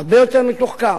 הרבה יותר מתוחכם.